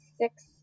six